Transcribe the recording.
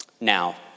Now